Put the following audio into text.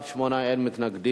בעד, 8, אין מתנגדים.